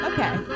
Okay